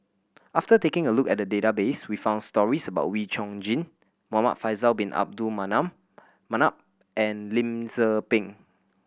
after taking a look at the database we found stories about Wee Chong Jin Muhamad Faisal Bin Abdul Manap and Lim Tze Peng